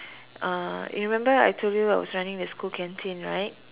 uh remember I told you I was running the school canteen right